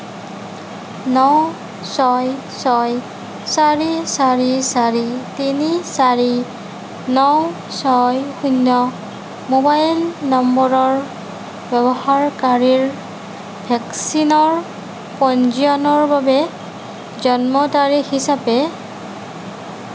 ন ছয় ছয় চাৰি চাৰি চাৰি তিনি চাৰি ন ছয় শূণ্য মোবাইল নম্বৰৰ ব্যৱহাৰকাৰীৰ ভেকচিনৰ পঞ্জীয়নৰ বাবে জন্ম তাৰিখ হিচাপে